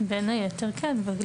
בין היתר כן.